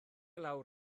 lawr